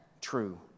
true